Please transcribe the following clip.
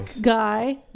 guy